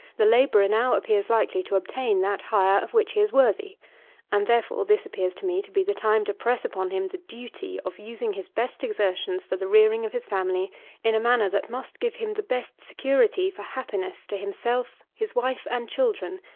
the labourer now appears likely to obtain that hire of which he is worthy and, therefore, this appears to me to be the time to press upon him the duty of using his best exertions for the rearing of his family in a manner that must give him the best security for happiness to himself, his wife and children,